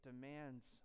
demands